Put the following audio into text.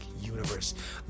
universe